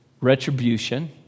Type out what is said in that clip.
retribution